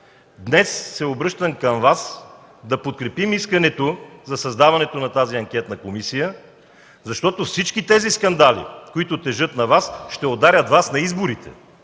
Днес се обръщам към Вас да подкрепим искането за създаването на тази анкетна комисия, защото всички тези скандали, които тежат на Вас, ще ударят Вас на изборите.